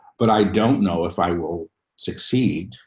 but i don't know if i will succeed.